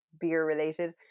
beer-related